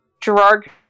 Gerard